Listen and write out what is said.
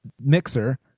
mixer